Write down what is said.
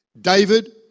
David